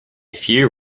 few